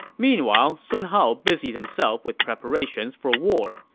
meanwhile, sun hao busied himself with preparations for war.